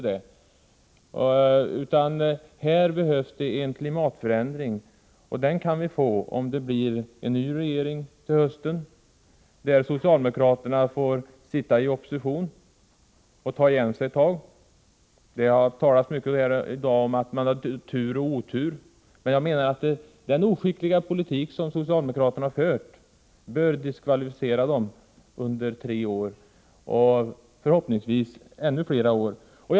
Det behövs en klimatförändring, och den kan vi få om vi får en ny regering till hösten och socialdemokraterna får sitta i opposition och ta igen sig ett slag. Det har talats mycket i dag om att man har tur och otur, men jag menar att den oskickliga politik som socialdemokraterna för bör diskvalificera dem under tre år och förhoppningsvis ännu längre tid.